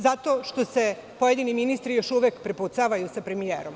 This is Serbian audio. Zato što se pojedini ministri još uvek prepucavaju sa premijerom.